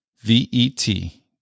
V-E-T